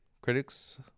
critics